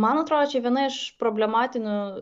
man atrodo čia viena iš problematinių